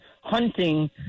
hunting